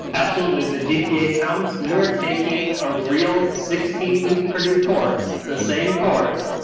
absolutely. the gpa count, you are taking a real sixteen week purdue course, the same course,